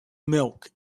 milk